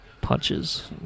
Punches